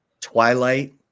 twilight